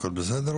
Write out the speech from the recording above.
הכל בסדר?